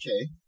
Okay